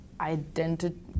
identity